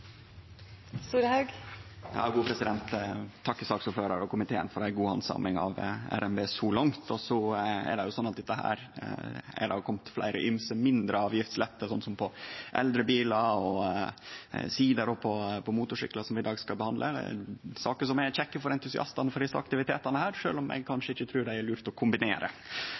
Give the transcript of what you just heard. og komiteen for ei god handsaming av saka så langt. Det har kome fleire ymse mindre avgiftslettar, som på eldre bilar, sider og motorsyklar, som vi skal behandle i dag – kjekke saker for entusiastane for desse aktivitetane, sjølv om ein kanskje ikkje trur dei er så lure å kombinere.